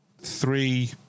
three